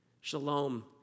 Shalom